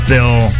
Bill